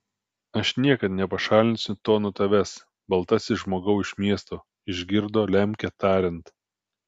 aš niekad nepašalinsiu to nuo tavęs baltasis žmogau iš miesto išgirdo lemkę tariant